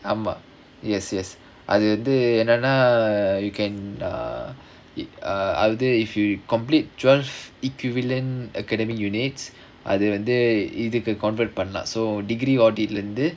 ஆமா:aamaa yes yes அது வந்து என்னனா:adhu vandhu ennanaa you can uh it uh if you complete twelve equivalent academy units அது வந்து:adhu vandhu convert பண்ணலாம்:pannalaam so degree வந்து:vandhu